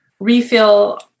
refill